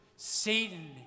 Satan